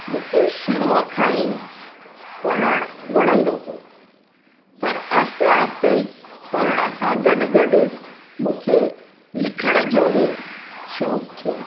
मूंखे शुरूअ खां ई पढ़णु वणंदो हो पर आहिस्ते आहिस्ते मूंखे पढ़ण सां ई लिखण जो शौंक़ु थियो